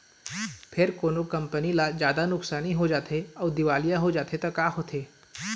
फेर कोनो कंपनी ल जादा नुकसानी हो जाथे अउ दिवालिया हो जाथे त का होथे?